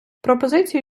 пропозиції